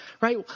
right